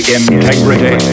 integrity